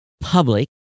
public